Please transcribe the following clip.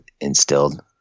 instilled